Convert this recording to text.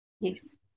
Yes